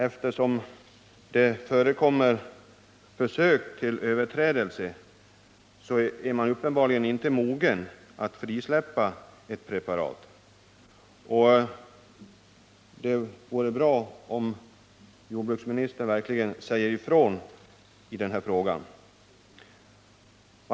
Eftersom det förekommer försök till överträdelser är tiden uppenbarligen inte mogen att frisläppa preparatet. Det vore bra om jordbruksministern verkligen säger ifrån i den här frågan.